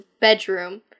bedroom